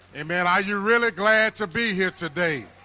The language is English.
amen, are you really glad to be here today?